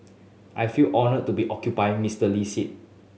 I feel honoured to be occupying Mister Lee seat